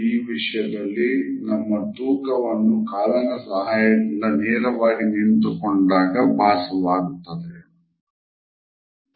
ಈ ವಿಷ್ಯದಲ್ಲಿ ನಮ್ಮ ತೂಕವನ್ನು ಕಾಲಿನ ಸಹಾಯದಿಂದ ನೇರವಾಗಿ ನಿಂತುಕೊಂಡಗಾ ಭಾಸವಾಯಿತು